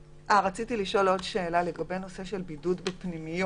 רציתי לשאול לגבי הנושא של בידוד בפנימיות.